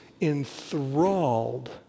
enthralled